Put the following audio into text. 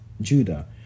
Judah